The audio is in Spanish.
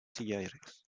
sillares